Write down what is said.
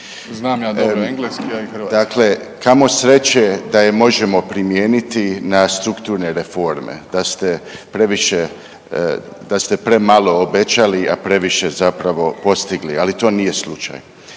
Znam ja dobro engleski, a i hrvatski.